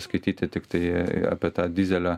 skaityti tiktai apie tą dyzelio